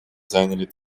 заняли